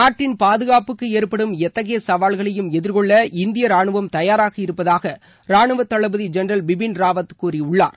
நாட்டின் பாதுகாப்புக்கு ஏற்படும் எத்தகைய சவால்களையும் எதிர்கொள்ள இந்திய ராணுவம் தயாராக இருப்பதாக ராணுவ தளபதி ஜென்ரல் பிபின் ராவத் கூறியுள்ளார்